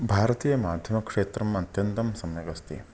भारतीयमाध्यमक्षेत्रम् अत्यन्तं सम्यगस्ति